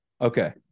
Okay